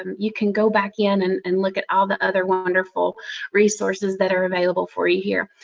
um you can go back in and and look at all the other wonderful resources that are available for you here.